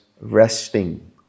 resting